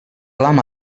lama